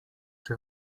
czy